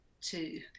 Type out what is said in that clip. two